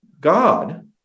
God